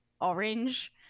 orange